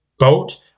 boat